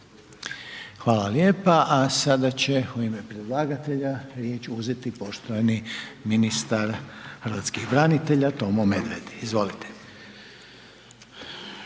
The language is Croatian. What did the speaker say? Hvala lijepa. Sada će u ime predlagatelja riječ uzeti poštovani ministar hrvatski branitelja Tomo Medved. Izvolite.